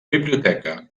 biblioteca